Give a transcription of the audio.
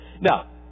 Now